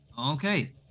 Okay